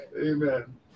Amen